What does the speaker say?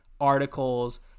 articles